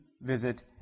visit